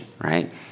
right